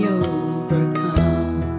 overcome